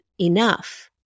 enough